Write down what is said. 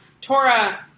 Torah